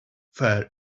fair